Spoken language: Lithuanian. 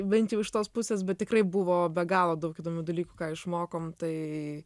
bent jau iš tos pusės bet tikrai buvo be galo daug įdomių dalykų ką išmokom tai